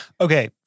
Okay